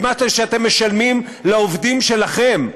את מה שאתם משלמים לעובדים שלכם,